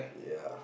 yeah